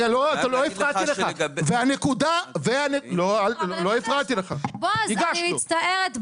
והנקודה --- בועז אני מצטערת,